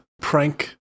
prank